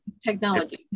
technology